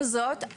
עם זאת,